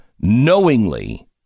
knowingly